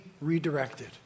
redirected